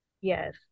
yes